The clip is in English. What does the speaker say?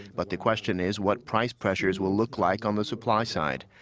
but the question is what price pressures will look like on the supply side.